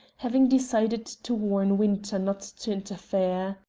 having decided to warn winter not to interfere.